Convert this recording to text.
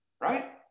right